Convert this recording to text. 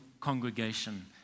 congregation